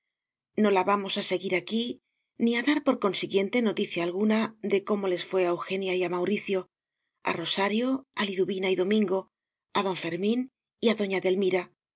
no la vamos a seguir aquí ni a dar por consiguiente noticia alguna de cómo les fué a eugenia y mauricio a rosario a liduvina y domingo a don fermín y doña